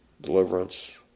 deliverance